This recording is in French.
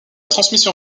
transmission